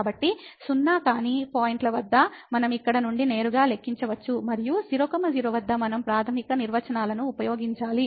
కాబట్టి సున్నా కాని పాయింట్ల వద్ద మనం ఇక్కడ నుండి నేరుగా లెక్కించవచ్చు మరియు 00 వద్ద మనం ప్రాథమిక నిర్వచనాలను ఉపయోగించాలి